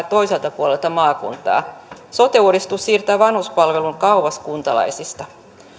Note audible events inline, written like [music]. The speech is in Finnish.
[unintelligible] toiselta puolelta maakuntaa sote uudistus siirtää vanhuspalvelun kauas kuntalaisista